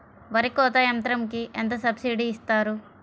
వరి కోత యంత్రంకి ఎంత సబ్సిడీ ఇస్తారు?